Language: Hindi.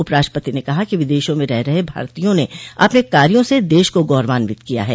उपराष्ट्रपति ने कहा कि विदेशों में रह रहे भारतीयों ने अपने कार्यों से देश को गौरवान्वित किया है